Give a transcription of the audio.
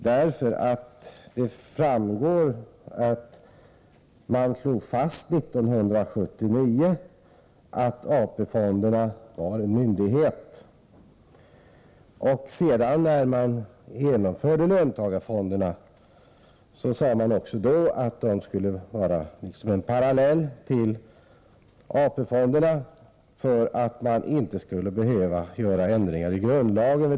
År 1979 slogs nämligen fast att AP-fonden var en myndighet. När man sedan införde löntagarfonderna sade man att dessa skulle fungera som en parallell till AP-fonderna för att man inte skulle behöva göra ändringar i grundlagen.